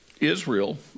Israel